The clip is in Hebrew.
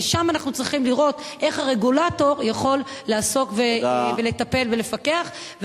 ושם אנחנו צריכים לראות איך הרגולטור יכול לעסוק ולטפל ולפקח.